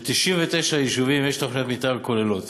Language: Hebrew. ל-99 יישובים יש תוכניות מתאר כוללות,